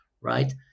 right